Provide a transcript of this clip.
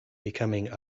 becoming